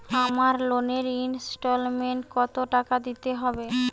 আমার লোনের ইনস্টলমেন্টৈ কত টাকা দিতে হবে?